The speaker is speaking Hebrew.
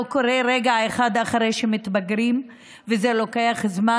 קורה רגע אחד אחרי שמתבגרים וזה לוקח זמן,